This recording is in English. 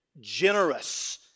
generous